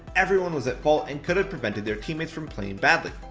everyone was at fault and could've prevented their teammates from playing badly.